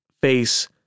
face